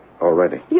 already